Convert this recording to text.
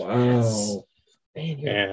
Wow